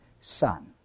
son